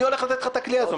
אני הולך לתת לך את הכלי הזה.